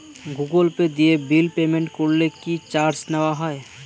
Google Pay দিয়ে bill payment করলে কি চার্জ নেওয়া হয়?